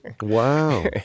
Wow